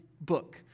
book